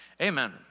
Amen